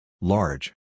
Large